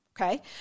Okay